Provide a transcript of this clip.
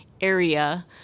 area